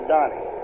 Donnie